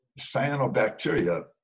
Cyanobacteria